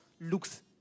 looks